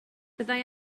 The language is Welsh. byddai